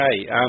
Okay